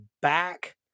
back